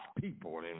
people